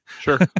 Sure